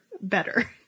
better